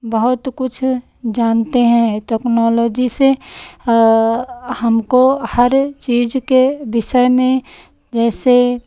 बहुत कुछ जानते हैं टेक्नोलॉजी से हमको हर चीज़ के विषय में जैसे